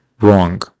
wrong